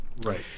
Right